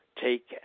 take